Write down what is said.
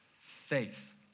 Faith